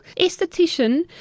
esthetician